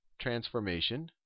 transformation